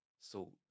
salt